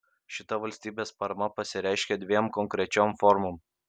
šita valstybės parama pasireiškia dviem konkrečiom formom